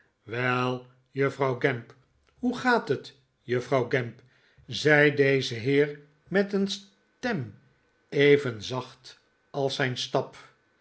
wel juffrouw gamp f hoe gaat het juffrouw gamp zei deze heer met een stem even zacht als zijn stap